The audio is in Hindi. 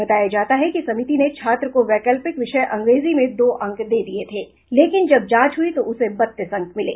बताया जाता है कि समिति ने छात्र को वैकल्पिक विषय अंग्रेजी में दो अंक दे दिये थे लेकिन जब जांच हुई तो उसे बत्तीस अंक मिले